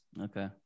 Okay